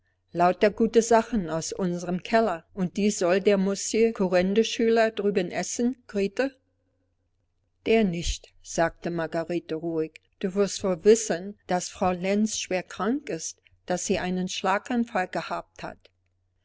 lauter gute sachen aus unserem keller und die soll der mosje kurrendeschüler drüben essen grete der nicht sagte margarete ruhig du wirst wohl wissen daß frau lenz schwerkrank ist daß sie einen schlaganfall gehabt hat